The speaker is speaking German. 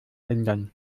ändern